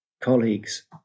colleagues